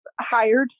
hired